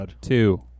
two